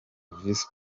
visi